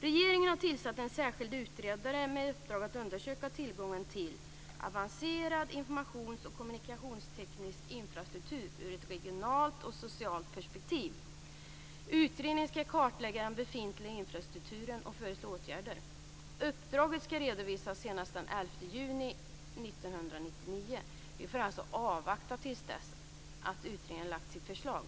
Regeringen har tillsatt en särskild utredare med uppdrag att undersöka tillgången till avancerad informations och kommunikationsteknisk infrastruktur ur ett regionalt och socialt perspektiv. Utredningen skall kartlägga den befintliga infrastrukturen och föreslå åtgärder. Uppdraget skall redovisas senast den 11 juni 1999. Vi får avvakta till dess utredningen har lagt fram sitt förslag.